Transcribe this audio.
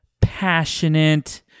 passionate